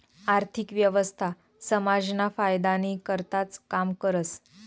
आर्थिक व्यवस्था समाजना फायदानी करताच काम करस